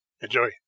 Enjoy